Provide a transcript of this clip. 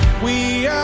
we